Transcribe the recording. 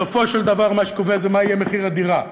בסופו של דבר מה שקובע זה מה יהיה מחיר הדירה.